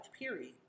period